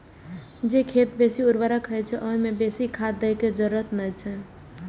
जे खेत बेसी उर्वर होइ छै, ओइ मे बेसी खाद दै के जरूरत नै छै